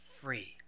free